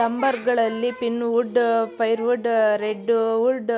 ಲಂಬರ್ಗಳಲ್ಲಿ pine wood, fire wood, red wood,